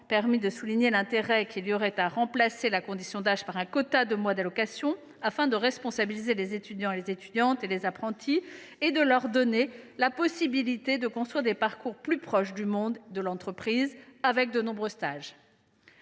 permis de souligner l’intérêt qu’il y aurait à remplacer la condition d’âge par un quota de mois d’allocation afin de responsabiliser les étudiants et les apprentis et de leur donner la possibilité de construire des parcours plus proches du monde de l’entreprise avec de nombreux stages.